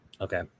Okay